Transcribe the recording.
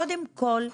קודם כל,